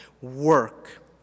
Work